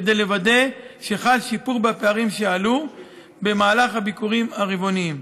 כדי לוודא שחל שיפור בפערים שעלו במהלך הביקורים הרבעוניים.